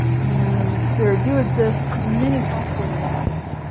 and there do exist many possible realities.